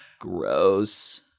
Gross